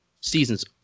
seasons